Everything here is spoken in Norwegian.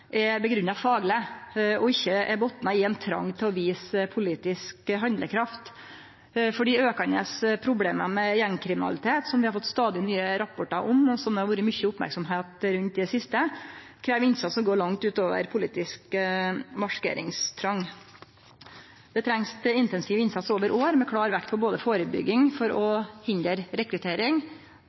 er grunngjeve fagleg og ikkje botna i ein trong til å vise politisk handlekraft. For dei aukande problema med gjengkriminalitet som vi har fått stadig nye rapportar om, og som det har vore mykje merksemd rundt i det siste, krev innsats som går langt utover politisk markeringstrong. Det trengst intensiv innsats over år, med klar vekt på førebygging for å hindre rekruttering